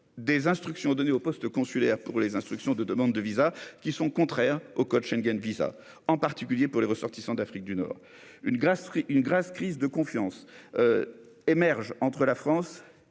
des instructions données au poste consulaire pour les instructions de demande de VISA qui sont contraires au code Schengen VISA en particulier pour les ressortissants d'Afrique du Nord, une brasserie, une grave crise de confiance émergent entre la France